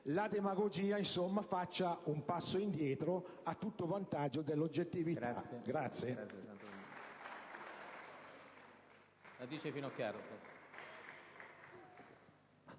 La demagogia, insomma, faccia un passo indietro, a tutto vantaggio dell'oggettività.